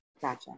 Gotcha